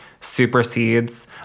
supersedes